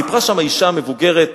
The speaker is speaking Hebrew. סיפרה שם אשה מבוגרת,